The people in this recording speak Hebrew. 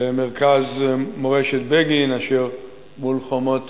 במרכז מורשת בגין אשר מול חומות